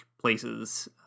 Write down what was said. places